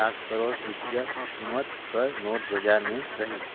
लाख करोड़ रूपिया कीमत कर नोट बजार में रहिस